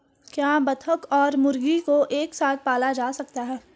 क्या बत्तख और मुर्गी को एक साथ पाला जा सकता है?